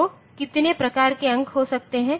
तो कितने प्रकार के अंक हो सकते हैं